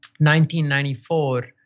1994